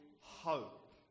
hope